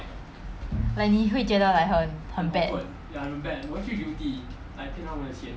like 你会觉得 like 很很 bad